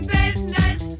business